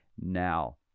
Now